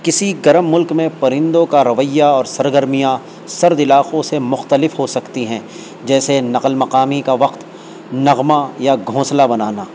کسی گرم ملک میں پرندوں کا رویہ اور سرگرمیاں سرد علاقوں سے مختلف ہو سکتی ہیں جیسے نقل مقامی کا وقت نغمہ یا گھونسلہ بنانا